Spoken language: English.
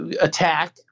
attack